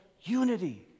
unity